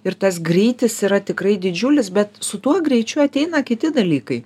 ir tas greitis yra tikrai didžiulis bet su tuo greičiau ateina kiti dalykai